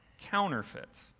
counterfeits